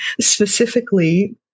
specifically